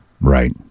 Right